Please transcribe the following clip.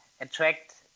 attract